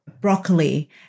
broccoli